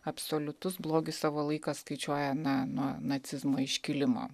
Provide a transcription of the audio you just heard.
absoliutus blogis savo laiką skaičiuoja na nuo nacizmo iškilimo